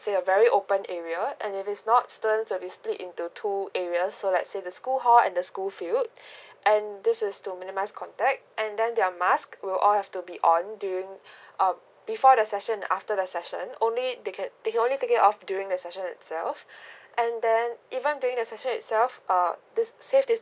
say a very open area and if it's not students will be split into two areas so let's say the school hall and the school field like and this is to minimise contact and then their mask will all have to be on during um before the session after the session only they can they can only take it off during the session itself and then even during the session itself uh this safe distancing